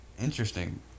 interesting